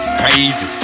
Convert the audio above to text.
crazy